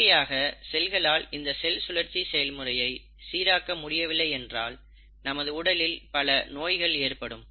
இயற்கையாக செல்களால் இந்த செல் சுழற்சி செயல்முறையை சீராக முடியவில்லை என்றால் நமது உடலில் பல நோய்கள் ஏற்படும்